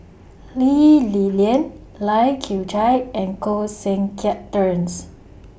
Lee Li Lian Lai Kew Chai and Koh Seng Kiat Terence